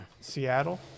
Seattle